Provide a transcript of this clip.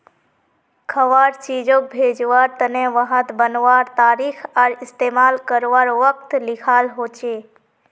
खवार चीजोग भेज्वार तने वहात बनवार तारीख आर इस्तेमाल कारवार वक़्त लिखाल होचे